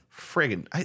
Friggin